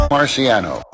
Marciano